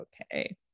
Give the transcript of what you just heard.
okay